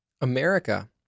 America